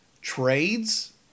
Trades